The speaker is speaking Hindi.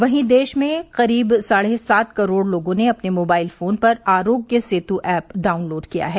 वहीं देश में करीब साढ़े सात करोड़ लोगों ने अपने मोबाइल फोन पर आरोग्य सेतु ऐप डाउनलोड किया है